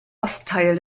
ostteil